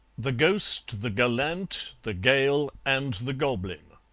the ghost, the gallant, the gael, and the goblin